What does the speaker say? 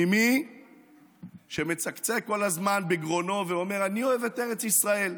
ממי שמצקצק כל הזמן בגרונו ואומר: אני אוהב את ארץ ישראל,